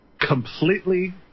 completely